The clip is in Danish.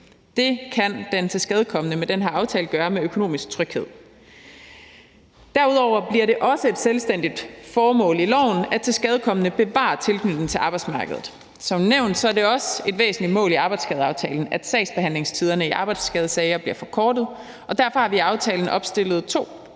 Det kan den tilskadekomne med den her aftale gøre med økonomisk tryghed. Derudover bliver det også et selvstændigt formål i loven, at tilskadekomne bevarer tilknytningen til arbejdsmarkedet. Som nævnt er det også et væsentligt mål i arbejdsskadeaftalen, at sagsbehandlingstiderne i arbejdsskadesager bliver forkortet, og derfor har vi i aftalen opstillet to konkrete